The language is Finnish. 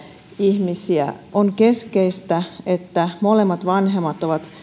ihmisiä on keskeistä että molemmat vanhemmat ovat